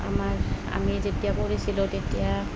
আমাৰ আমি যেতিয়া পঢ়িছিলোঁ তেতিয়া